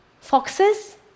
Foxes